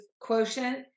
quotient